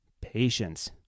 Patience